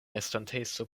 estonteco